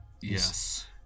Yes